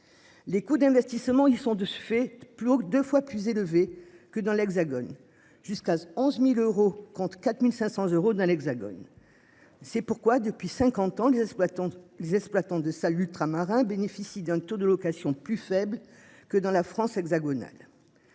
Les coûts d'investissement, ils sont de ce fait plouk 2 fois plus élevé que dans l'Hexagone jusqu'à 11.000 euros compte 4500 euros dans l'Hexagone. C'est pourquoi depuis 50 ans les exploitants, les exploitants de salles ultramarins bénéficie d'un taux de location, plus faible que dans la France hexagonale.